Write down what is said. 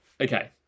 okay